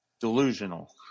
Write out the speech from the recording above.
delusional